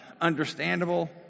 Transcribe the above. Understandable